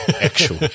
actual